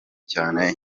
cyane